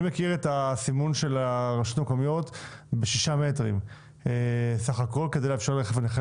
אני מכיר את הסימון של הרשויות המקומיות עם 6 מטרים כדי לאפשר לרכב נכה